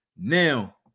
Now